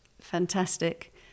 fantastic